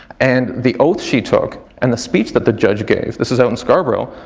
and the oath she took and the speech that the judge gave, this is out in scarborough,